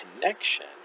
connection